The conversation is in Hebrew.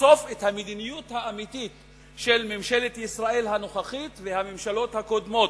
לחשוף את המדיניות האמיתית של ממשלת ישראל הנוכחית והממשלות הקודמות,